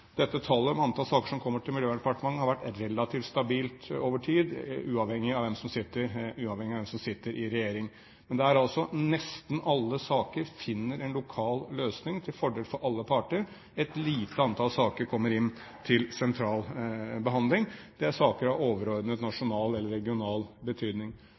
Tallet på saker som kommer til Miljøverndepartementet, har vært relativt stabilt over tid, uavhengig av hvem som sitter i regjering. Men nesten alle saker finner en løsning, til fordel for alle parter. Et lite antall saker kommer inn til sentral behandling. Det er saker av overordnet nasjonal eller regional betydning.